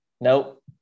nope